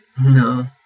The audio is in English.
No